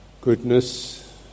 goodness